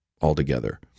altogether